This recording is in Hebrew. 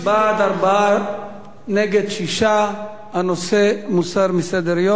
בעד, 4. נגד, 6. הנושא מוסר מסדר-היום.